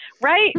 right